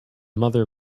mother